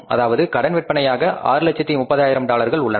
அதாவது கடன் விற்பனையாக 630000 டாலர்கள் உள்ளன